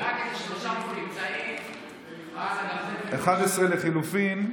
11 לחלופין,